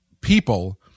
people